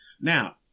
Now